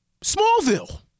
Smallville